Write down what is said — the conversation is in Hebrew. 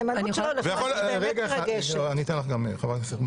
אבל שוב, הייתי בגוש קטיף